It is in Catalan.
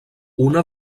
una